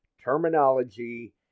terminology